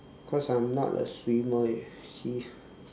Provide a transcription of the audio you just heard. cause I'm not a swimmer eh you see